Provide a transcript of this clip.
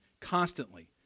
constantly